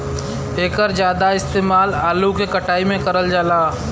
एकर जादा इस्तेमाल आलू के कटाई में करल जाला